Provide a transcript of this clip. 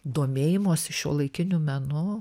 domėjimosi šiuolaikiniu menu